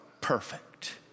perfect